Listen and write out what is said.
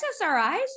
SSRIs